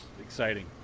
exciting